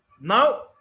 Now